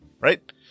right